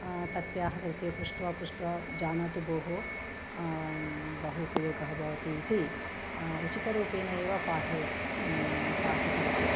तस्याः कृते पृष्ट्वा पृष्ट्वा जानातु भोः बहु उपयोगः भवति इति उचितरूपेन एव पाठयत् पाठितवति